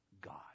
God